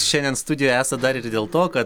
šiandien studijoj esat dar ir dėl to kad